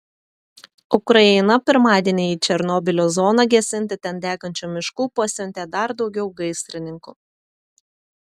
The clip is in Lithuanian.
ukraina pirmadienį į černobylio zoną gesinti ten degančių miškų pasiuntė dar daugiau gaisrininkų